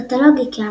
קטלוג איקאה,